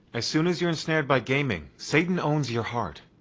as soon as you're ensnared by gaming, satan owns your heart.